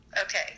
Okay